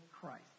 Christ